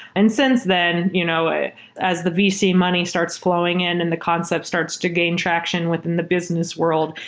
and since then, you know ah as the vc money starts fl owing in and the concept starts to gain traction within the business world,